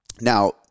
Now